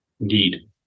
Indeed